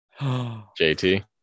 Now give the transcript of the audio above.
JT